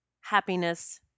Happiness